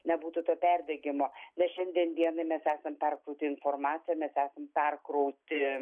nebūtų to perdegimo nes šiandien dienai mes esam perkrauti informacija mes esam perkrauti